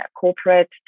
corporate